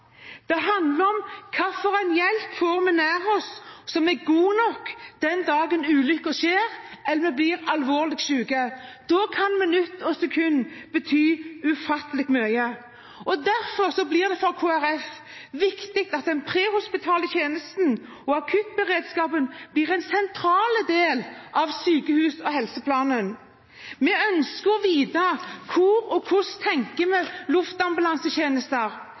Det handler om hva slags hjelp vi får nær oss, som er god nok den dagen ulykken skjer, eller vi blir alvorlig syke. Da kan minutt og sekund bety ufattelig mye. Derfor blir det for Kristelig Folkeparti viktig at den prehospitale tjenesten og akuttberedskapen blir en sentral del av sykehus- og helseplanen. Vi ønsker å vite hvor og hvordan vi tenker om luftambulansetjenesten. Når det gjelder f.eks. luftambulansetjenester, vet vi